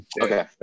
Okay